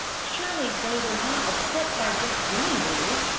surely, they were not upset by just seeing you!